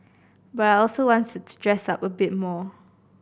but I also wanted to dress up a bit more